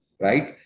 right